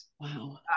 wow